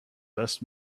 best